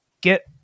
get